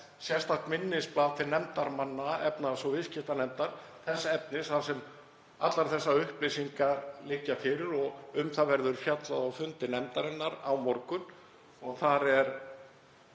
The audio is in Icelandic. sérstakt minnisblað til nefndarmanna efnahags- og viðskiptanefndar þess efnis þar sem allar þessar upplýsingar liggja fyrir og verður fjallað um það á fundi nefndarinnar á morgun. Þar er